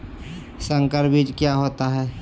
संकर बीज क्या होता है?